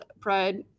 pride